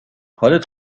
حالت